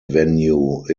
venue